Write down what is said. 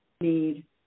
need